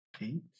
Eight